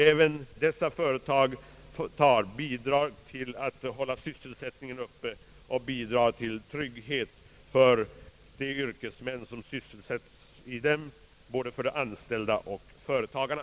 Även dessa företag bidrar till att hålla sysselsättningen uppe och till trygghet för de yrkesmän som sysselsätts i dem, både de anställda och företagarna.